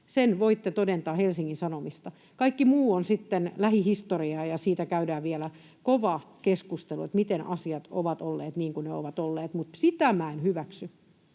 sen voitte todentaa Helsingin Sanomista. Kaikki muu on sitten lähihistoriaa, ja siitä käydään vielä kova keskustelu, miten asiat ovat olleet, niin kuin ne ovat olleet. Mutta sitä